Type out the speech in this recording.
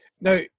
Now